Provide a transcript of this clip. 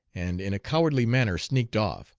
and in a cowardly manner sneaked off,